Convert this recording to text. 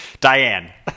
Diane